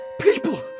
People